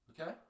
Okay